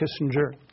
Kissinger